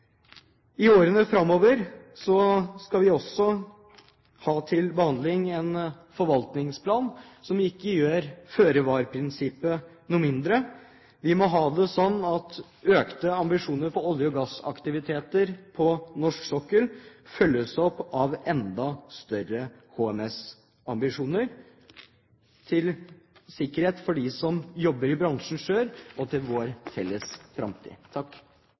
I årene framover skal vi bl.a. ha til behandling en forvaltningsplan, som ikke gjør føre-var-prinsippet noe mindre. Det må være slik at økte ambisjoner for olje- og gassaktiviteter på norsk sokkel følges opp av enda større HMS-ambisjoner, for å sikre dem som selv jobber i bransjen, og for å sikre vår felles framtid. Først: Takk